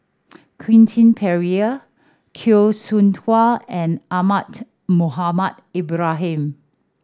Quentin Pereira Teo Soon Tua and Ahmad Mohamed Ibrahim